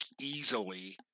easily